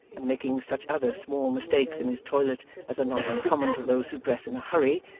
and making such other small mistakes in his toilet as are not uncommon to those who dress in a hurry,